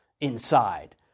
inside